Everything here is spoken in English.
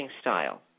style